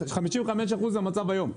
55% המצב היום.